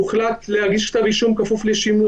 הוחלט להגיש כתב אישום כפוף לשימוע.